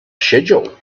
schedule